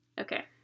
Okay